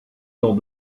dans